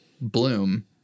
Bloom